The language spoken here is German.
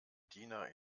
diener